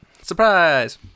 Surprise